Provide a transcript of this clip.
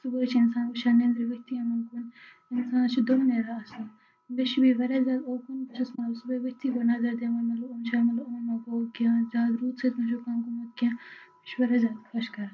صُبحٲے چھُ اِنسان وٕچھان نِندرِ ؤتھۍ تھٕے یِمَن بُتھ اِنسانَس چھُ دۄہ نیران اَصل مےٚ چھُ بیٚیہِ واریاہ زیادٕ اوکُن صبحٲے ؤتھۍ تھٕے گۄڈٕ نَظَر دِوان روٗدٕ سۭتۍ ما چھُکھ گوٚمُت کینٛہہ چھُ واریاہ زیادٕ خۄش کَران